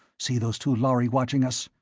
see those two lhari watching us?